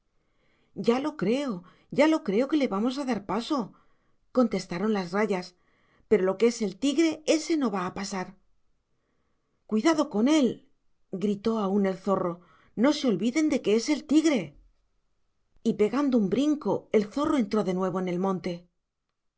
ya lo creo ya lo creo que le vamos a dar paso contestaron las rayas pero lo que es el tigre ése no va a pasar cuidado con él gritó aún el zorro no se olviden de que es el tigre y pegando un brinco el zorro entró de nuevo en el monte